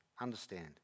Understand